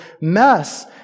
mess